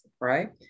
Right